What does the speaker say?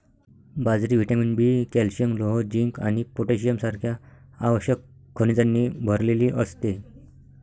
बाजरी vitamin B, calcium, लोह, zinc आणि पोटॅशियम सारख्या आवश्यक खनिजांनी भरलेली असते